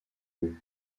goût